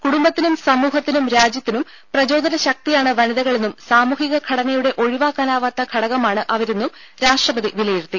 കുടുംബത്തിനും സമൂഹത്തിനും രാജ്യത്തിനും പ്രചോദന ശക്തിയാണ് വനിതകളെന്നും സാമൂഹിക ഘടനയുടെ ഒഴിവാക്കാനാവാത്ത ഘടകമാണ് അവരെന്നും രാഷ്ട്രപതി വിലയിരുത്തി